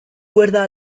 cuerda